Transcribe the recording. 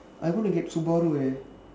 I wanna get subaru eh